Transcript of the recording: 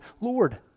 Lord